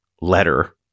letter